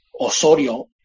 Osorio